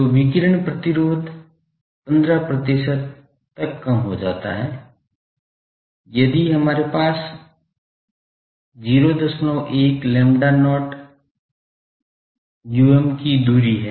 तो विकिरण प्रतिरोध 15 प्रतिशत तक कम हो जाता है यदि हमारे पास 01 lambda not um की दूरी है